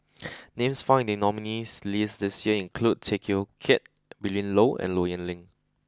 names found in nominees' list this year include Tay Teow Kiat Willin Low and Low Yen Ling